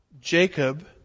Jacob